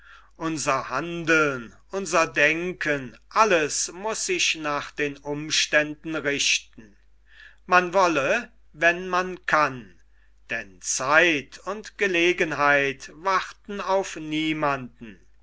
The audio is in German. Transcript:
unser handeln unser denken alles muß sich nach den umständen richten man wolle wann man kann denn zeit und gelegenheit warten auf niemanden